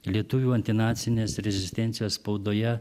lietuvių antinacinės rezistencijos spaudoje